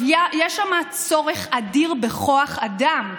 יש צורך אדיר בכוח אדם.